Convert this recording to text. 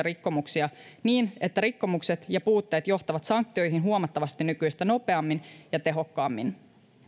rikkomuksia niin että rikkomukset ja puutteet johtavat sanktioihin huomattavasti nykyistä nopeammin ja tehokkaammin